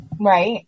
Right